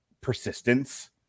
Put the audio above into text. persistence